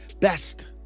best